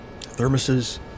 Thermoses